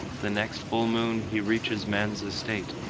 the next full moon he reaches man's estate.